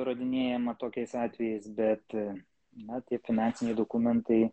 įrodinėjama tokiais atvejais bet na tie finansiniai dokumentai